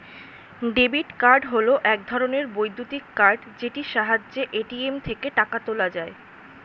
debit card হল এক ধরণের বৈদ্যুতিক কার্ড যেটির সাহায্যে এ.টি.এম থেকে টাকা তোলা যায়